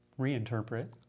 reinterpret